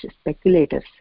speculators